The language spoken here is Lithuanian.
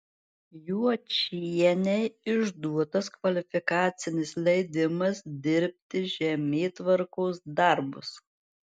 juočienei išduotas kvalifikacinis leidimas dirbti žemėtvarkos darbus